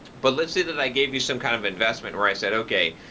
but let's say that i gave you some kind of investment or i said, okay,